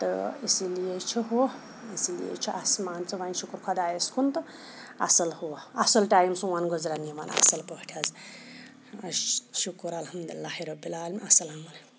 تہٕ اِسی لیے چھُ ہُہ اِسی لیے چھُ اَسہِ مان ژٕ وۄنۍ شُکُر خۄدایَس کُن تہٕ اَصٕل ہُہ اَصٕل ٹایم سون گُزران یِمَن اَصٕل پٲٹھۍ حظ شُکُر الحمدُ اللہِ ربِ العالمیٖن اَسَلامُ علیکُم